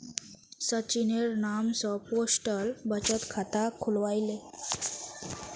सचिनेर नाम स पोस्टल बचत खाता खुलवइ ले